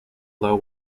low